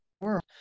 world